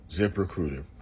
ZipRecruiter